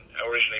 originally